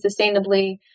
sustainably